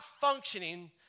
functioning